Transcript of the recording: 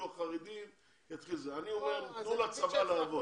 אני אומר, תנו לצבא לעבוד.